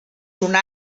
una